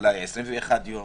אולי 21 יום,